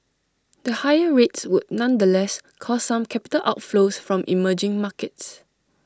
the higher rates would nonetheless cause some capital outflows from emerging markets